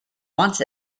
wants